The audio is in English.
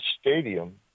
stadium